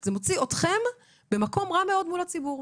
זה מוציא אתכם במקום רע מאוד מול הציבור.